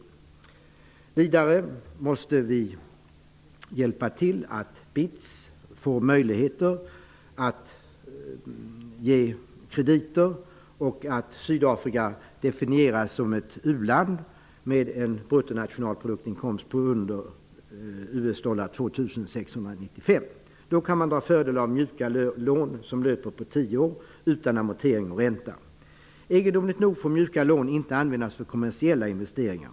Dessutom måste vi hjälpa till så att BITS får möjligheter att ge krediter och så att Sydafrika definieras som ett u-land med en bruttonationalproduktinkomst understigande 2 695 US-dollar. Då kan man dra fördel av s.k. mjuka lån som löper på tio år, utan amortering och ränta. Egendomligt nog får mjuka lån inte användas för kommersiella investeringar.